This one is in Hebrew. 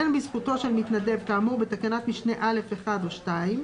אין בזכותו של מתנדב כאמור בתקנת משנה (א)(1) או (2)